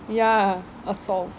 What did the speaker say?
ya assault